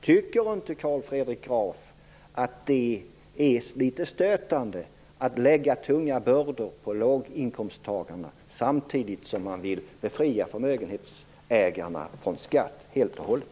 Tycker inte Carl Fredrik Graf att det är litet stötande att man vill lägga tunga bördor på låginkomsttagarna samtidigt som man vill befria förmögenhetsägarna från skatt helt och hållet?